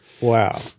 Wow